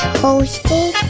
hosted